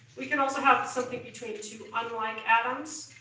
we could also have something between two unlike atoms.